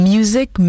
Music